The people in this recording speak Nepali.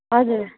हजुर